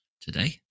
today